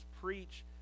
preach